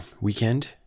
weekend